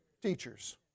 Teachers